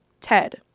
Ted